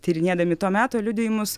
tyrinėdami to meto liudijimus